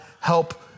help